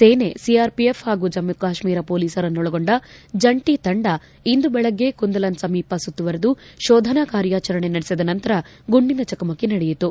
ಸೇನೆ ಸಿಆರ್ಪಿಎಫ್ ಹಾಗೂ ಜಮ್ಮ ಕಾಶ್ಮೀರ ಮೊಲೀಸರನ್ನೊಳಗೊಂಡ ಜಂಟ ತಂಡ ಇಂದು ಬೆಳಗ್ಗೆ ಕುಂದಲನ್ ಸಮೀಪ ಸುತ್ತುವರಿದು ಶೋಧನಾ ಕಾರ್ಯಾಚರಣೆ ನಡೆಸಿದ ನಂತರ ಗುಂಡಿನ ಚಕಮಕಿ ನಡೆಯಿತು